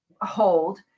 hold